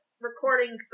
recording